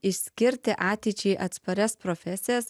išskirti ateičiai atsparias profesijas